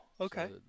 okay